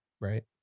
Right